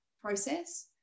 process